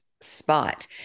spot